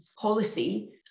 policy